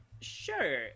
Sure